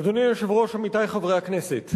אדוני היושב-ראש, עמיתי חברי הכנסת,